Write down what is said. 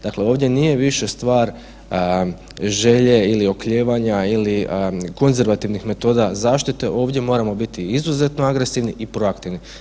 Dakle, ovdje nije više stvar želje ili oklijevanja ili konzervativnih metoda zaštite, ovdje moramo biti izuzetno agresivni i proaktivni.